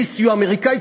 בלי סיוע אמריקני?